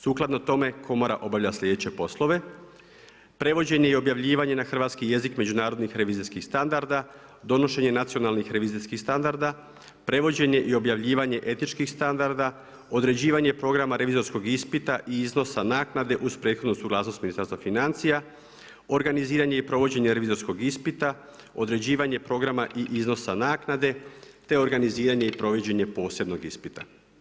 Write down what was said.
Sukladno tome komora obavlja sljedeće poslove: prevođenje i objavljivanje na hrvatski jezik međunarodnih revizorskih standarda, donošenje nacionalnih revizorskih standarda, prevođenje i objavljivanje etičkih standarda, određivanje programa revizorskog ispita i iznosa naknade uz prethodnu suglasnost Ministarstva financija, organiziranje i provođenje revizorskog ispita, određivanje programa i iznosa naknade, te organiziranje i provođenje posebnog ispita.